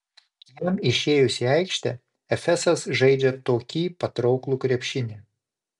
jam išėjus į aikštę efesas žaidžią tokį patrauklų krepšinį